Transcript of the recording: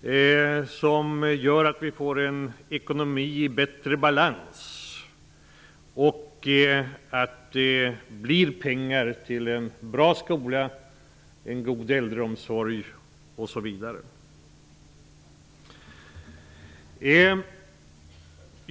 Det skulle göra att vi får en ekonomi i bättre balans som ger pengar till en bra skola, en god äldreomsorg osv.